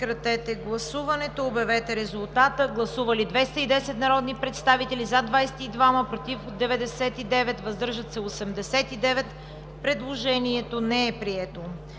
Предложението не е прието.